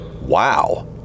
Wow